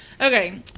Okay